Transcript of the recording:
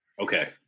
okay